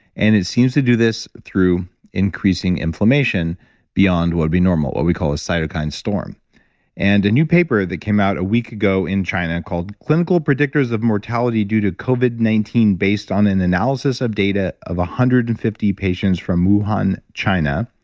and it seems to do this through increasing inflammation beyond what would be normal, what we call a cytokine storm and a new paper that came out a week ago in china, called clinical predictors of mortality due to covid nineteen based on an analysis of data of one hundred and fifty patients from wuhan, china,